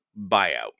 buyout